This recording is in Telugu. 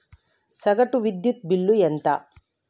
సగటు విద్యుత్ బిల్లు ఎంత?